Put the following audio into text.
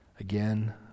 again